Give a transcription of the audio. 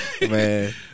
man